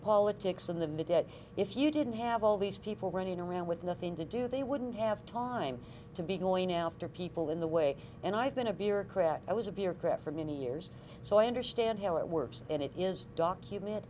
politics in the middle if you didn't have all these people running around with nothing to do they wouldn't have time to be going after people in the way and i've been a beer crowd i was a bureaucrat for many years so i understand how it works and it is document